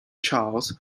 charles